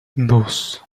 dos